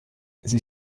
sie